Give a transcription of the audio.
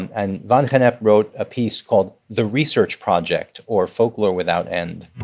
and van gennep wrote a piece called the research project or, folklore without end.